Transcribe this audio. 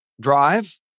drive